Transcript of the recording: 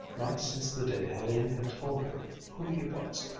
not since the day helene had told her who he was,